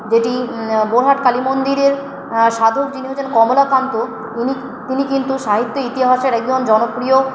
যেটি বোরহাট কালীমন্দিরের সাধক যিনি হচ্ছেন কমলাকান্ত উনি তিনি কিন্তু সাহিত্য ইতিহাসের একজন জনপ্রিয়